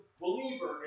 believer